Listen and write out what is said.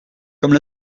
comme